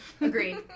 Agreed